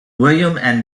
william